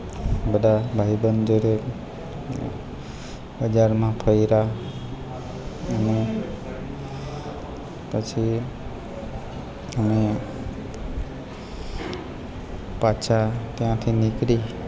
બધા ભાઈબંધ જોડે બજારમાં ફર્યા અને પછી અમે પાછા ત્યાંથી નીકળી